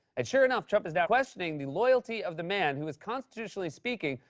and sure enough, trump is now questioning the loyalty of the man who was, constitutionally speaking,